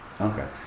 Okay